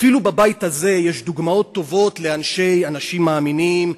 אפילו בבית הזה יש דוגמאות טובות של אנשים מאמינים,